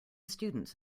students